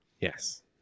Yes